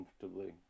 comfortably